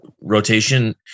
rotation